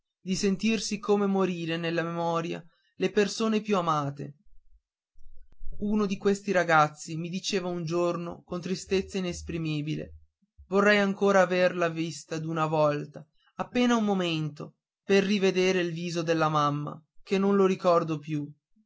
di sentirsi come morire nella memoria le persone più amate uno di questi ragazzi mi diceva un giorno con una tristezza inesprimibile vorrei ancora aver la vista d'una volta appena un momento per rivedere il viso della mamma che non lo ricordo più